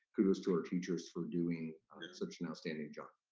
kudos to our teachers for doing such an outstanding job.